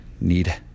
need